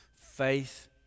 faith